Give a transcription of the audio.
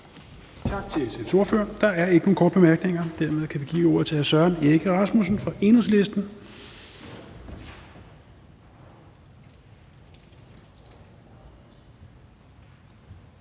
Tak til SF's ordfører. Der er ikke nogen korte bemærkninger. Dermed kan vi give ordet til hr. Søren Egge Rasmussen fra Enhedslisten.